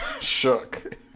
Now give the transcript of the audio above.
Shook